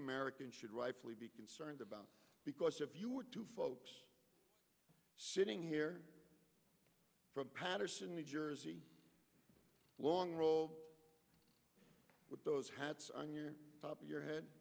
american should rightfully be concerned about because if you were to folks sitting here from paterson new jersey long roll with those hats on your top of your head